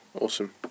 awesome